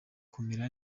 kumera